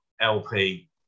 LP